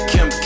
Kim